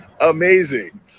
Amazing